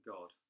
God